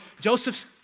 Joseph's